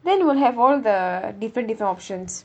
then will have all the different different options